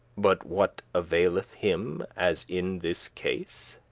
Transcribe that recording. but what availeth him as in this case?